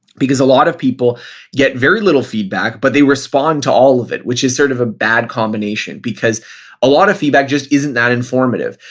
because a lot of people get very little feedback, but they respond to all of it, which is sort of a bad combination. because a lot of feedback just isn't that informative.